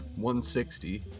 160